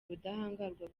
ubudahangarwa